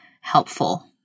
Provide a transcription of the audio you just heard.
helpful